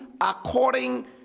according